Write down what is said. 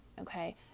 okay